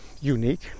unique